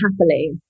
happily